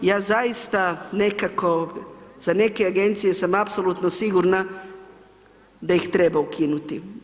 Ja zaista nekako, za neke agencije sam apsolutno sigurna da ih treba ukinuti.